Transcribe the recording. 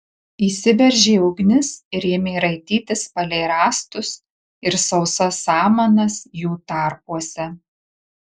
įsiveržė ugnis ir ėmė raitytis palei rąstus ir sausas samanas jų tarpuose